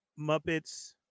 Muppets